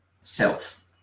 self